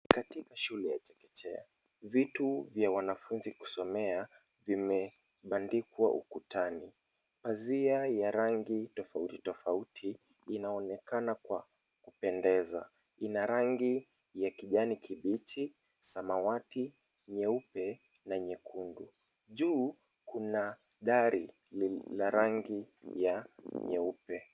Katika shule ya chekechea vitu vya wanafunzi kusomea vimebandikwa ukutani. Pazia ya rangi tofauti tofauti inaonekana kwa kupendeza. Ina rangi ya kijani kibichi, samawati, nyeupe na nyekundu. Juu kuna dari la rangi ya nyeupe.